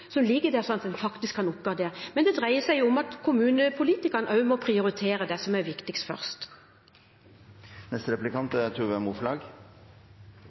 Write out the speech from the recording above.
som ligger der slik at en faktisk kan oppgradere. Men det dreier seg om at kommunepolitikerne også må prioritere det som er viktigst, først.